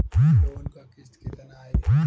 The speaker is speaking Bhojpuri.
लोन क किस्त कितना आई?